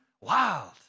wild